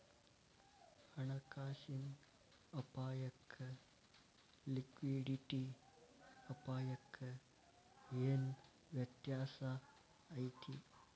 ಹಣ ಕಾಸಿನ್ ಅಪ್ಪಾಯಕ್ಕ ಲಿಕ್ವಿಡಿಟಿ ಅಪಾಯಕ್ಕ ಏನ್ ವ್ಯತ್ಯಾಸಾ ಐತಿ?